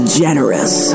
generous